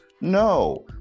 No